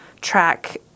track